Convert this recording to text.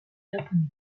japonais